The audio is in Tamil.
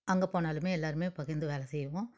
அங்கே போனாலுமே எல்லாருமே பகிர்ந்து வேலை செய்வோம்